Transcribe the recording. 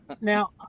now